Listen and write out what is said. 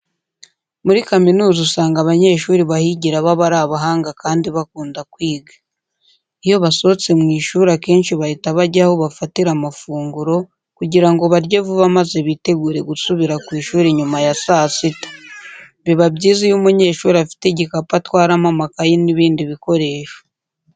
Muri kaminuza usanga abanyeshuri bahigira baba ari abahanga kandi bakunda kwiga. Iyo basohotse mu ishuri akenshi bahita bajya aho bafatira amafunguro kugira ngo barye vuba maze bitegure gusubira ku ishuri nyuma ya saa sita. Biba byiza iyo umunyeshuri afite igikapu atwaramo amakayi n'ibindi bikoresho.